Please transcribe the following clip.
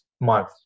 month